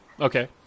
Okay